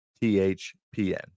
THPN